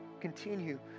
Continue